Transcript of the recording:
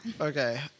Okay